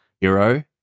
Hero